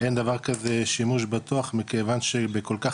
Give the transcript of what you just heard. אין דבר כזה שימוש בטוח מכיוון שבכל כך